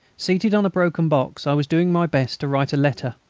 seated on a broken box, i was doing my best to write a letter,